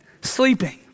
sleeping